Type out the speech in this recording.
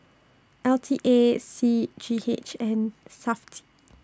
L T A C G H and Safti